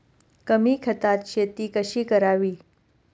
कमी खतात शेती कशी करावी?